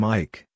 Mike